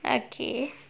okay